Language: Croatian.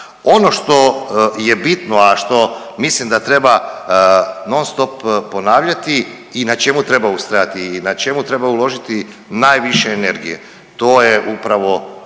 Ono što je bitno, a što mislim da treba non stop ponavljati i na čemu treba ustrajati i na čemu treba uložiti najviše energije, to je upravo